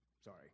Sorry